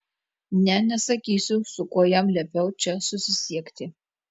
ne nesakysiu su kuo jam liepiau čia susisiekti